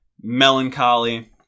melancholy